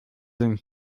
sind